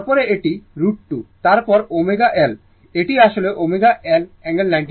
তারপরে এটি √2 তারপর ω L এটি আসলে ω L অ্যাঙ্গেল 90o